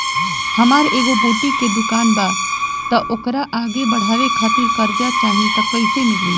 हमार एगो बुटीक के दुकानबा त ओकरा आगे बढ़वे खातिर कर्जा चाहि त कइसे मिली?